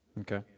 Okay